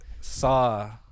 saw